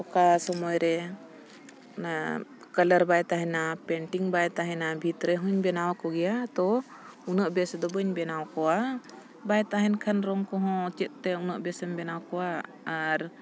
ᱚᱠᱟ ᱥᱳᱢᱚᱭ ᱨᱮ ᱚᱱᱟ ᱠᱟᱞᱟᱨ ᱵᱟᱭ ᱛᱟᱦᱮᱱᱟ ᱯᱮᱱᱴᱤᱝ ᱵᱟᱭ ᱛᱟᱦᱮᱱᱟ ᱵᱷᱤᱛ ᱨᱮᱦᱚᱧ ᱵᱮᱱᱟᱣ ᱠᱚᱜᱮᱭᱟ ᱛᱚ ᱩᱱᱟᱹᱜ ᱵᱮᱥ ᱫᱚ ᱵᱟᱹᱧ ᱵᱮᱱᱟᱣ ᱠᱚᱣᱟ ᱵᱟᱭ ᱛᱟᱦᱮᱱ ᱠᱷᱟᱱ ᱨᱚᱝ ᱠᱚᱦᱚᱸ ᱪᱮᱫ ᱛᱮ ᱩᱱᱟᱹᱜ ᱵᱮᱥᱮᱢ ᱵᱮᱱᱟᱣ ᱠᱚᱣᱟ ᱟᱨ